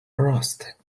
roused